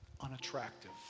unattractive